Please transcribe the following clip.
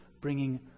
bringing